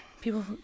people